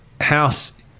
house